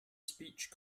speech